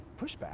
pushback